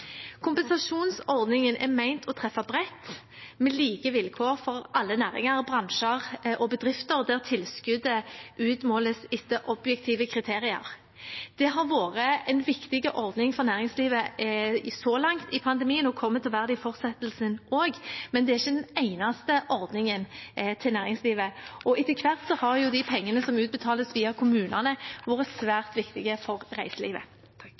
Kompensasjonsordningen er ment å treffe bredt, med like vilkår for alle næringer, bransjer og bedrifter, der tilskuddet utmåles etter objektive kriterier. Det har vært en viktig ordning for næringslivet så langt i pandemien og kommer til å være det i fortsettelsen også, men det er ikke den eneste ordningen for næringslivet. Etter hvert har de pengene som utbetales via kommunene, vært svært viktige for reiselivet.